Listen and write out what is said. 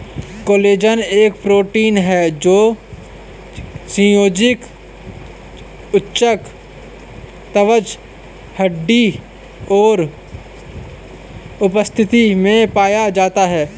collagen एक protein है जो संयोजी ऊतक, त्वचा, हड्डी और उपास्थि में पाया जाता है